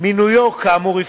מינויו כאמור יפקע.